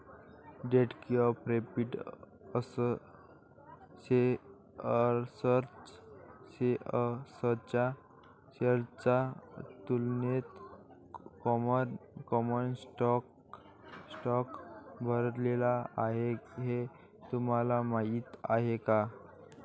Date किंवा preferred शेअर्सच्या तुलनेत कॉमन स्टॉक भरलेला आहे हे तुम्हाला माहीत आहे का?